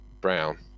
brown